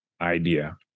idea